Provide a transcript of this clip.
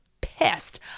pissed